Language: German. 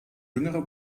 jüngere